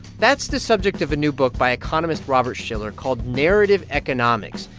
that's the subject of a new book by economist robert shiller called narrative economics,